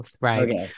right